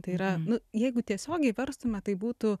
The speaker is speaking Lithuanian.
tai yra nu jeigu tiesiogiai verstume tai būtų